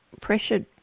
pressured